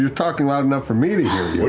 you're talking loud enough for me to hear.